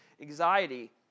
anxiety